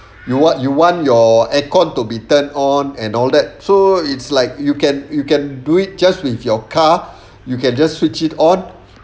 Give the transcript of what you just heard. you want you want your aircon to be turned on and all that so it's like you can you can do it just with your car you can just switch it on